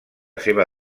seva